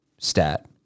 Stat